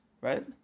right